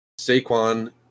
Saquon